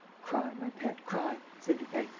cry, my pet, cry, said lupin.